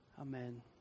amen